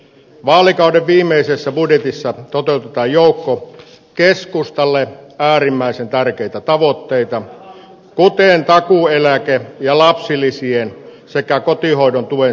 vaalikauden viimeisessä budjetissa toteutetaan joukko keskustalle äärimmäisen tärkeitä tavoitteita kuten takuueläke ja lapsilisien sekä kotihoidon tuen sitominen indeksiin